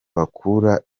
bakura